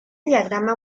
diagrama